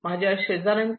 माझ्या शेजार्यांकडे